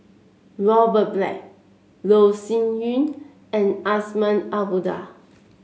Robert Black Loh Sin Yun and Azman Abdullah